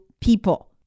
people